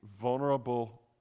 vulnerable